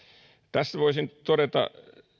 tässä voisin todeta